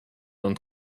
und